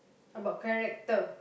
about character